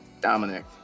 Dominic